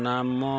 ନାମ